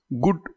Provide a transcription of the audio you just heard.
good